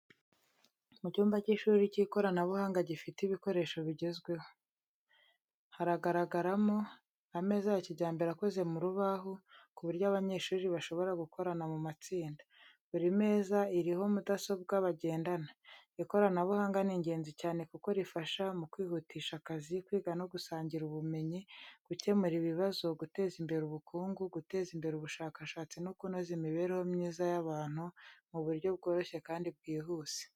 Mu cyumba cy’ishuri cy’ikoranabuhanga gifite ibikoresho bigezweho. Haragaragaramo ameza ya kijyambere akoze mu rubaho, ku buryo abanyeshuri bashobora gukorana mu matsinda. Buri meza iriho mudasobwa bagendana. Ikoranabuhanga ni ingenzi cyane kuko rifasha mu kwihutisha akazi, kwiga no gusangira ubumenyi, gukemura ibibazo, guteza imbere ubukungu, guteza imbere ubushakashatsi, no kunoza imibereho myiza y’abantu mu buryo bworoshye kandi bwihuse.